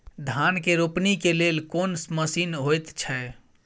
धान के रोपनी के लेल कोन मसीन होयत छै?